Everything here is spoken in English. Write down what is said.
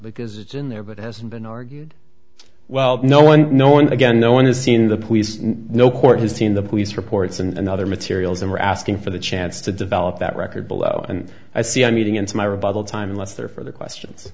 because it's in there but hasn't been argued well no one knowing again no one has seen the police no court has seen the police reports and other materials and were asking for the chance to develop that record below and i see i'm eating into my rebuttal time unless they're for the questions